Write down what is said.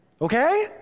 okay